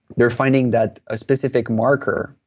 they're finding that a specific marker,